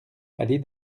allée